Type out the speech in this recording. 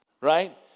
right